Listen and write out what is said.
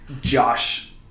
josh